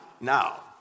Now